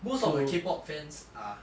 most of the K pop fans are